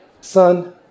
Son